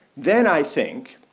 then i think